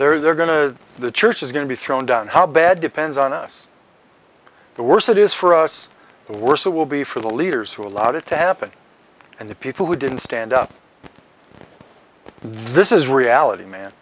over there are going to the church is going to be thrown down how bad depends on us the worse it is for us the worse it will be for the leaders who allowed it to happen and the people who didn't stand up this is reality man